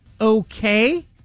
okay